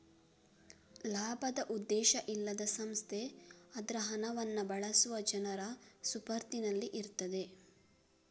ಲಾಭದ ಉದ್ದೇಶ ಇಲ್ಲದ ಸಂಸ್ಥೆ ಅದ್ರ ಹಣವನ್ನ ಬಳಸುವ ಜನರ ಸುಪರ್ದಿನಲ್ಲಿ ಇರ್ತದೆ